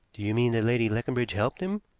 do you mean that lady leconbridge helped him?